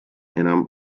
enam